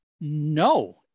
no